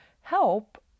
help